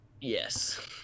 Yes